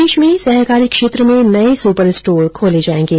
प्रदेश के सहकारी क्षेत्र में नये सुपरस्टोर खोले जायेंगे